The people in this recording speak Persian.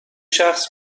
شخص